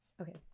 Okay